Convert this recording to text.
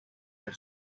del